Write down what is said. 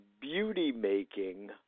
beauty-making